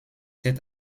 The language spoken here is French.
sept